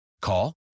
Call